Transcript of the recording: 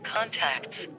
Contacts